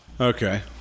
Okay